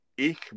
Ich